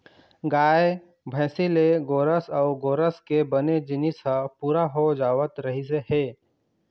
गाय, भइसी ले गोरस अउ गोरस के बने जिनिस ह पूरा हो जावत रहिस हे